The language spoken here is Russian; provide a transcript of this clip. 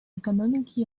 экономики